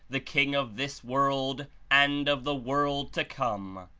the king of this world and of the world to come!